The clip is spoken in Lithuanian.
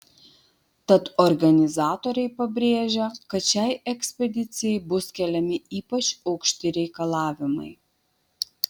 tad organizatoriai pabrėžia kad šiai ekspedicijai bus keliami ypač aukšti reikalavimai